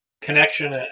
connection